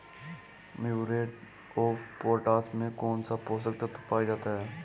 Muriate of potash में कौन सा पोषक तत्व पाया जाता है?